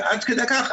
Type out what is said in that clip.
ועד כדי כך,